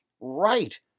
right